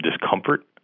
discomfort